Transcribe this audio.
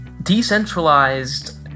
decentralized